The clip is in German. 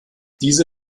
diese